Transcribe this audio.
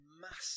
massive